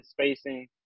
spacing